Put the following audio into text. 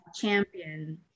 champion